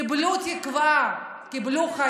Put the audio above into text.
קיבלו תקווה, קיבלו חיים.